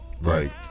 Right